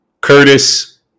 curtis